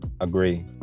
agree